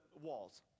walls